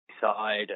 side